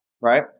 right